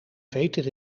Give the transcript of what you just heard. veter